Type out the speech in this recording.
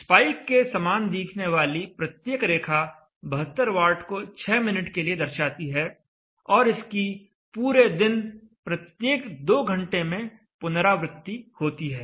spike के समान दिखने वाली प्रत्येक रेखा 72 वाट को 6 मिनट के लिए दर्शाती है और इसकी पूरे दिन प्रत्येक 2 घंटे में पुनरावृत्ति होती है